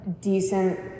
decent